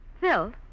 Phil